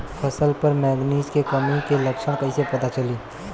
फसल पर मैगनीज के कमी के लक्षण कईसे पता चली?